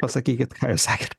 pasakykit ką jūs sakėt